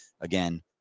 again